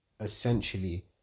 essentially